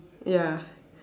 ya